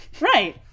right